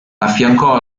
affiancò